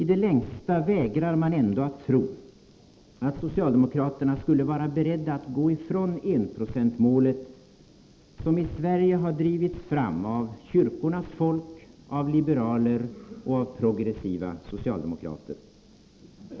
I det längsta vägrar man ändå att tro att socialdemokraterna skulle vara beredda att gå ifrån enprocentsmålet, som i Sverige har drivits fram av kyrkornas folk, av liberaler och av progressiva socialdemokrater.